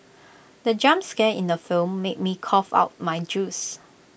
the jump scare in the film made me cough out my juice